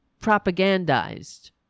propagandized